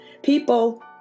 People